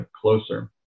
closer